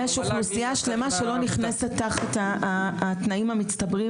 יש אוכלוסייה שלמה שלא נכנסת תחת התנאים המצטברים,